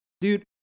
Dude